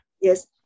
yes